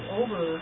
over